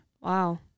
Wow